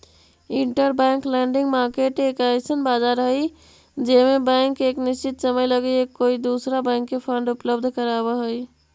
interbank lending market एक अइसन बाजार हई जे में बैंक एक निश्चित समय लगी एक कोई दूसरा बैंक के फंड उपलब्ध कराव हई